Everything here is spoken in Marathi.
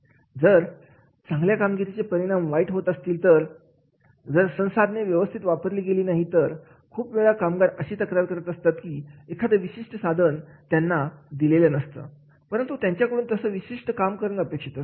जर चांगल्या कामगिरीचे परिणाम वाईट होत असतील तर कारण जर संसाधने व्यवस्थित वापरली गेली नाही तर खूप वेळा कामगार अशी तक्रार करत असतात की एखादं विशिष्ट साधन त्यांना दिलेले नसतं परंतु त्यांच्याकडून तसं विशिष्ट काम करणं अपेक्षित असतं